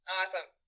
awesome